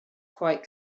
quite